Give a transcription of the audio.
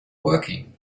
working